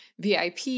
VIP